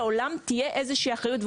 לעולם תהיה איזו שהיא אחריות למטופל,